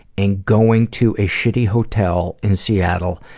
and going to a shitty hotel, in seattle,